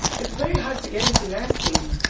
it's very hard to get into nursing,